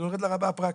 אני יורד לרמה הפרקטית.